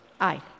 Aye